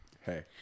Hey